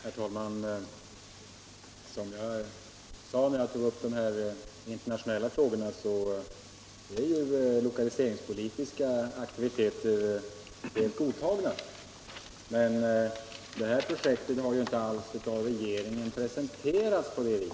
Herr talman! Som jag sade när jag tog upp de internationella frågorna är lokaliseringspolitiska aktiviteter godtagna. Men det här projektet har ju inte alls av regeringen presenterats på det viset.